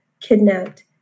kidnapped